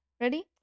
Ready